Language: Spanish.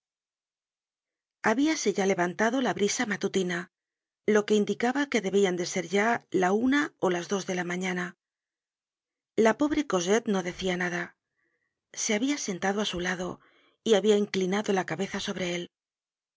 habíase va levantado la brisa matutina lo que indicaba que debían de ser ya la una ó las dos de la mañana la pobre cosette no decia nada se habia sentado á su lado y habia inclinado la cabeza sobre él